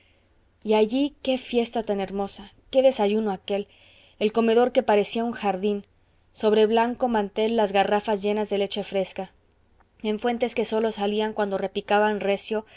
y allí qué fiesta tan hermosa qué desayuno aquel el comedor que parecía un jardín sobre blanco mantel las garrafas llenas de leche fresca en fuentes que sólo salían cuando repicaban recio